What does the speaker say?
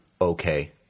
Okay